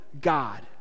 God